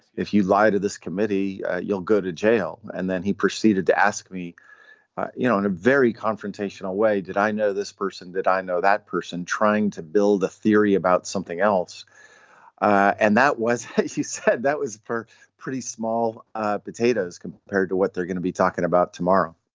if you lie to this committee you'll go to jail. and then he proceeded to ask me you know in a very confrontational way did i know this person that i know that person trying to build a theory about something else and that was he said that was for pretty small ah potatoes compared to what they're gonna be talking about tomorrow